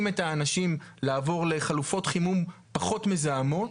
את האנשים לעבור לחלופות חימום פחות מזהמות,